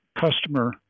customer